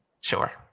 Sure